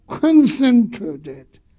concentrated